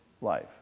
life